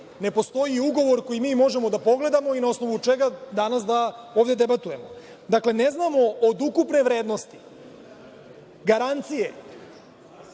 ne postoji ugovor koji mi možemo da pogledamo i na osnovu čega danas da demantujemo. Dakle, ne znamo od ukupne vrednosti garancije,